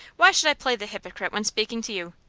why should i play the hypocrite when speaking to you?